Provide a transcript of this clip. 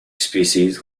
species